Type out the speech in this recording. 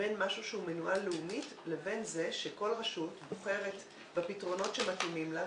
בין משהו שמנוהל לאומית לבין זה שכל רשות בוחרת בפתרונות שמתאימים לה,